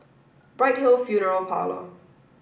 Bright Hill Funeral Parlor